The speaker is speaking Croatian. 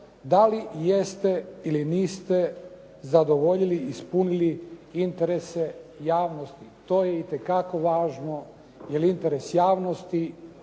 da li jeste ili niste zadovoljili, ispunili interese javnosti. To je itekako važno, jer je interes javnosti